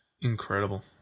Incredible